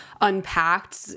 unpacked